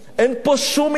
אין פה שום עניין,